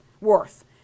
worth